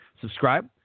Subscribe